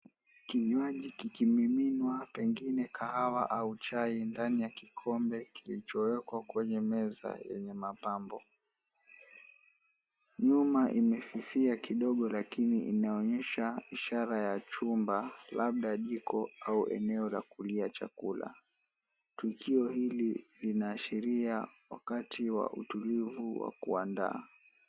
Kinywaji kikimiminwa, pengine kahawa au chai, ndani ya kikombe kilichowekwa kwenye meza yenye mapambo. Nyuma imefifia kidogo lakini inaonyesha ishara ya chumba labda jiko au eneo la kupikia chakula. Tukio hili linaashiria wakati wa utulivu wa kuandaa.